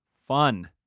fun